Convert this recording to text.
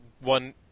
one –